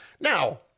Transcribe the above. Now